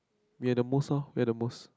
we're the most loh we're the most